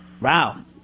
Wow